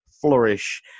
flourish